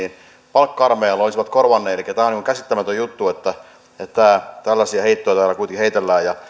palkka armeijalla olisivat korvanneet tämä on käsittämätön juttu että tällaisia heittoja täällä kuitenkin heitellään